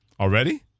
Already